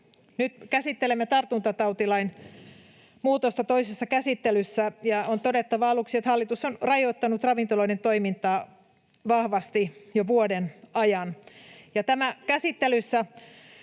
Nyt käsittelemme tartuntatautilain muutosta toisessa käsittelyssä, ja on todettava aluksi, että hallitus on rajoittanut ravintoloiden toimintaa vahvasti jo vuoden ajan ja tämä käsittelyssä